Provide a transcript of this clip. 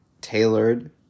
tailored